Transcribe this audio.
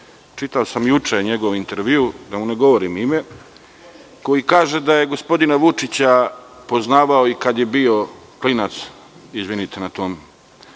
čitao sam juče njegov intervju, da mu ne govorim ime, koji kaže da je gospodina Vučića poznavao i kada je bio klinac, izvinite na tom